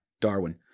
Darwin